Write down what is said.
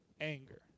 anger